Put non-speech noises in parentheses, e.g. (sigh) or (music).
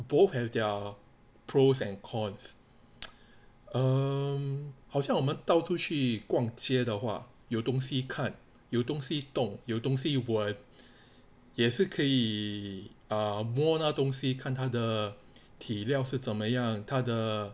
both have their pros and cons (noise) um 好像我们到处去逛街的话有东西看有东西动有东西闻也是可以摸那东西看它的体量是怎么样它的